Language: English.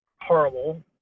horrible